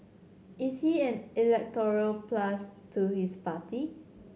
is he an electoral plus to his party